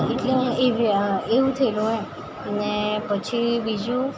એટલે એવું થએલું એમ અને પછી બીજું